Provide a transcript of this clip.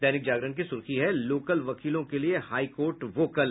दैनिक जागरण की सुर्खी है लोकल वकीलों के लिए हाई कोर्ट वोकल